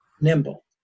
nimble